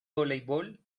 voleibol